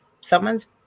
someone's